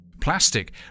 plastic